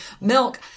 milk